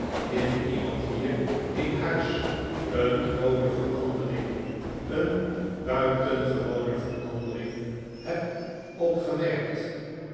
in iemand hier in huis een groote verandering een buitengewone verandering heb opgemerkt